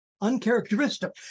uncharacteristic